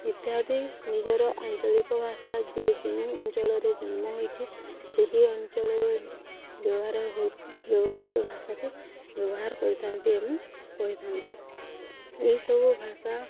ଇତ୍ୟାଦି ନିଜର ଆଞ୍ଚଳିକ ଭାଷା ଯିଏ ଯେଉଁ ଅଞ୍ଚଳରେ ଜନ୍ମ ହୋଇଛିି ସେହି ଅଞ୍ଚଳରେ ବ୍ୟବହାର ବ୍ୟବହୃତ ଭାଷାକୁ ବ୍ୟବହାର କରିଥାନ୍ତି ଏବଂ କହିଥାନ୍ତି ଏହିସବୁ ଭାଷା